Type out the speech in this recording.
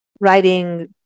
writing